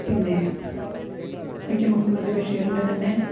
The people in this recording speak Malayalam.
പിന്നെ വൈക്കം മുഹമ്മദ് ബഷീറിൻ്റെ തന്നെ